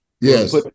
yes